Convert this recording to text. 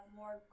more